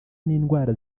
n’indwara